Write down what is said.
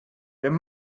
there